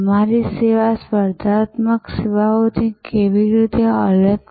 તમારી સેવા સ્પર્ધાત્મક સેવાઓથી કેવી રીતે અલગ છે